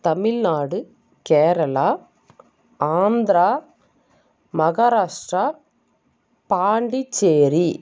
Tamil Nadu Kerala Andhra Maharashtra Pondicherry